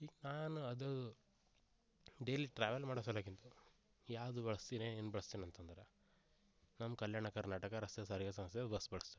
ಈಗ ನಾನು ಅದು ಡೇಲಿ ಟ್ರಾವೆಲ್ ಮಾಡೋ ಸಲ್ವಾಗಿಂದನು ಯಾವುದು ಬಳಸ್ತಿನಿ ಏನು ಬಳಸ್ತಿನಿ ಅಂತಂದ್ರೆ ನಮ್ಮ ಕಲ್ಯಾಣ ಕರ್ನಾಟಕ ರಸ್ತೆ ಸಾರಿಗೆ ಸಂಸ್ಥೆ ಬಸ್ ಬಳಸ್ತೀವ್ ರೀ